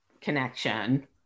connection